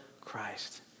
Christ